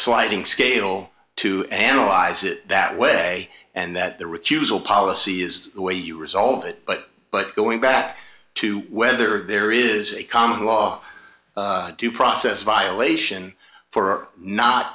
a sliding scale to analyze it that way and that the recusal policy is the way you resolve it but but going back to whether there is a common law due process violation for not